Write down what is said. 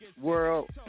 world